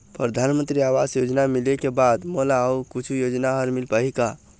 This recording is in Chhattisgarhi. परधानमंतरी आवास योजना मिले के बाद मोला अऊ कुछू योजना हर मिल पाही का?